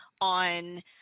on